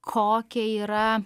kokia yra